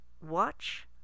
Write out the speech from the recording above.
watch